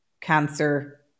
cancer